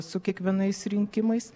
su kiekvienais rinkimais